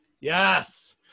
Yes